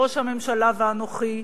ראש הממשלה ואנוכי,